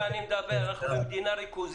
לכן אני שואל אם יש הגדרה מסודרת.